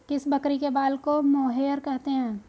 किस बकरी के बाल को मोहेयर कहते हैं?